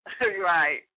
Right